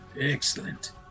excellent